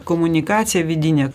komunikaciją vidinę